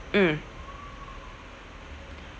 mm